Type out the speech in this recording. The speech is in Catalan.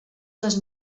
les